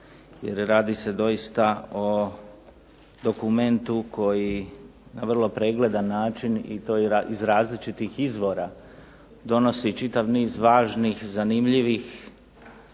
jer radi se doista o dokumentu koji na vrlo pregledan način i to iz različitih izvora donosi čitav niz važnih, zanimljivih